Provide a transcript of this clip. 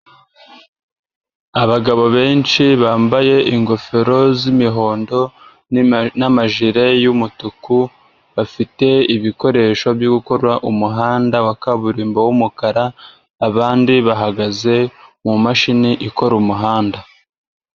Abagabo benshi bambaye ingofero z'imihondo n'amajire y'umutuku, bafite ibikoresho byo gukora umuhanda wa kaburimbo w'umukara, abandi bahagaze mu mashini ikora umuhanda.